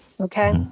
Okay